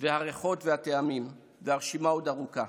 והריחות והטעמים, והרשימה עוד ארוכה.